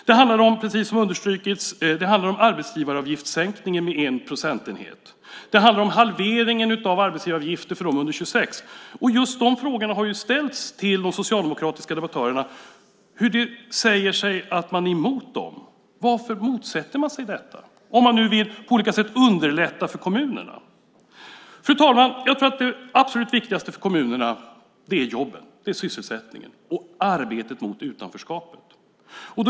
Det handlar om, precis som har understrukits, en sänkning av arbetsgivaravgiften med 1 procentenhet. Det handlar om en halvering av arbetsgivaravgiften för dem under 26 år. Just de frågorna har ju ställts till de socialdemokratiska debattörerna som säger sig vara emot dem. Varför motsätter man sig detta om man på olika sätt vill underlätta för kommunerna? Fru talman! Jag tror att det absolut viktigaste för kommunerna är jobben, sysselsättningen, och arbetet mot utanförskapet.